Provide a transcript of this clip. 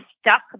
stuck